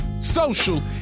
social